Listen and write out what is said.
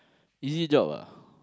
easy job ah